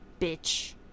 bitch